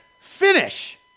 finish